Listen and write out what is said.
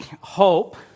hope